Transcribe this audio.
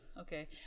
okay